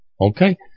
Okay